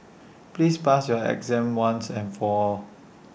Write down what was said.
please pass your exam once and for all